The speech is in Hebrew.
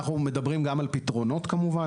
אנחנו מדברים גם על פתרונות כמובן,